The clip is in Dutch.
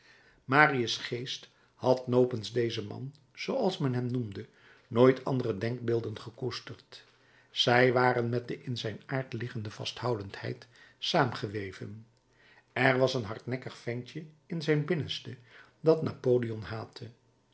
marius geest had nopens dezen man zooals men hem noemde nooit andere denkbeelden gekoesterd zij waren met de in zijn aard liggende vasthoudendheid saamgeweven er was een hardnekkig ventje in zijn binnenste dat napoleon haatte